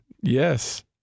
Yes